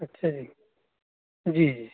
اچھا جی جی